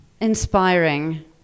inspiring